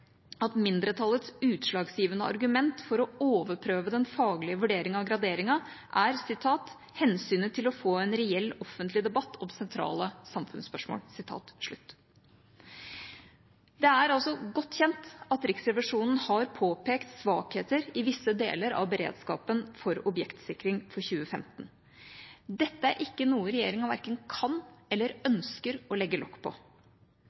at mindretallets utslagsgivende argument for å overprøve den faglige vurderingen og graderingen, er «hensynet til å få en reell offentlig debatt om sentrale samfunnsspørsmål». Det er altså godt kjent at Riksrevisjonen har påpekt svakheter i visse deler av beredskapen for objektsikring for 2015. Dette er ikke noe regjeringa verken kan eller ønsker å legge lokk på.